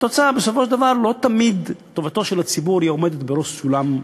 התוצאה בסופו של דבר היא שלא תמיד טובתו של הציבור עומדת בראש הסולם.